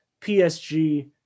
PSG